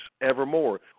evermore